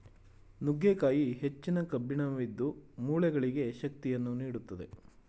ನುಗ್ಗೆಕಾಯಿ ಹೆಚ್ಚಿನ ಕಬ್ಬಿಣವಿದ್ದು, ಮೂಳೆಗಳಿಗೆ ಶಕ್ತಿಯನ್ನು ನೀಡುತ್ತದೆ